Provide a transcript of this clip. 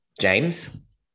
James